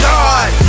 God